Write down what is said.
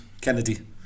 Kennedy